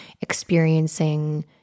experiencing